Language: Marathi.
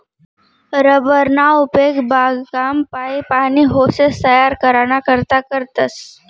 रबर ना उपेग बागकाम, पाइप, आनी होसेस तयार कराना करता करतस